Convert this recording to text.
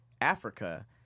Africa